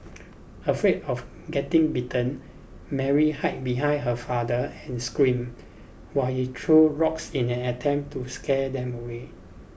afraid of getting bitten Mary hide behind her father and screamed while he threw rocks in an attempt to scare them away